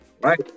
Right